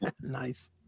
Nice